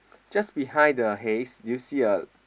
just behind the haze do you see a